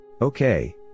Okay